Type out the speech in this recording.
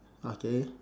okay